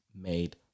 made